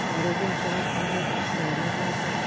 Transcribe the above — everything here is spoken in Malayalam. ആരോഗ്യ ഇൻഷുറൻസിൻ്റെ നുഴഞ്ഞുകയറ്റം